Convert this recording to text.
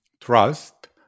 trust